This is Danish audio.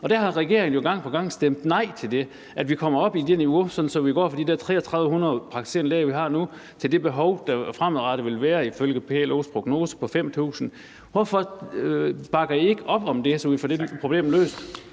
Det har regeringen jo gang på gang stemt nej til, altså at vi kommer op på et niveau, så vi går fra de der 3.300 praktiserende læger, vi har nu, til det behov, der fremadrettet vil være ifølge PLO's prognose, nemlig 5.000. Hvorfor bakker I ikke op om det, så vi får det problem løst?